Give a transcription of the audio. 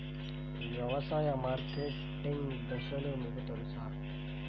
వ్యవసాయ మార్కెటింగ్ దశలు మీకు తెలుసా?